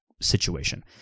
situation